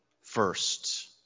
first